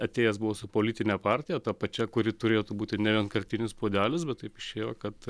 atėjęs buvo su politine partija ta pačia kuri turėtų būti ne vienkartinis puodelis bet taip išėjo kad